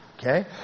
okay